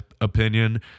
opinion